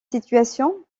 situations